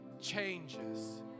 changes